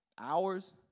Hours